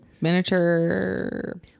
miniature